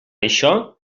això